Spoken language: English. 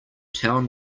town